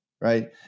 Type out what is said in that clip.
Right